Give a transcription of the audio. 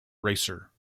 racer